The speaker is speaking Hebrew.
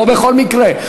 לא בכל מקרה,